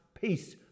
peace